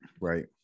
Right